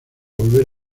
volver